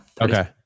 okay